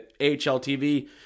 HLTV